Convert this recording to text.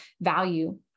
value